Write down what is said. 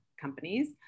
companies